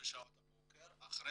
בשעות הבוקר, אחרי